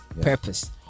purpose